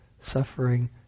suffering